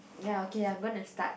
ya okay I'm going to start